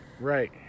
Right